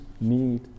need